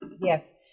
Yes